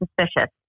suspicious